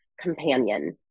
companion